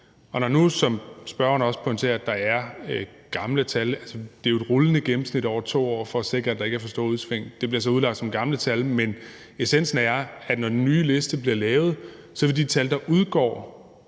Når nu, som spørgeren også pointerer, der er gamle tal, vil jeg sige, at det jo er et rullende gennemsnit over to år, og det er for at sikre, at der ikke er for store udsving. Det bliver så udlagt som gamle tal, men essensen af det er, at når den nye liste bliver lavet, vil de tal, der udgår,